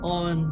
on